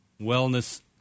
Wellness